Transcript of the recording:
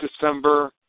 December